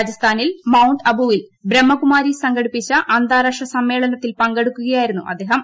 രാജസ്ഥാനിൽ മൌണ്ട് അബുവിൽ ബ്രഹ്മ കുമാരിസ് സംഘടിപ്പിച്ചു അന്താരാഷ്ട്ര സമ്മേളനത്തിൽ പങ്കെടുക്കുകയായിരുന്നു അ്ദ്ദേഹം